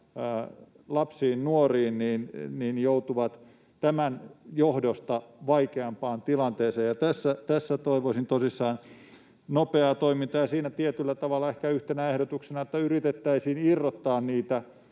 lapsiin, nuoriin, joutuvat tämän johdosta vaikeampaan tilanteeseen. Tässä toivoisin tosissaan nopeaa toimintaa. Siihen tietyllä tavalla ehkä yhtenä ehdotuksena, että yritettäisiin irrottaa niitä